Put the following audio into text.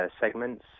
segments